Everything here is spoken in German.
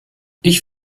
ich